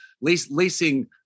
leasing